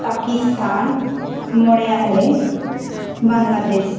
ᱯᱟᱠᱤᱥᱛᱟᱱ ᱢᱚᱬᱮᱭᱟᱜ ᱨᱮ ᱵᱟᱝᱞᱟᱫᱮᱥ